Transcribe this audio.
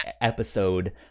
episode